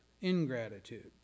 ingratitude